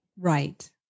Right